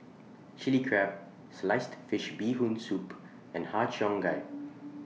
Chili Crab Sliced Fish Bee Hoon Soup and Har Cheong Gai